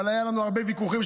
אבל היו לנו הרבה ויכוחים,